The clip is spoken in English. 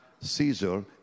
Caesar